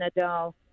Nadal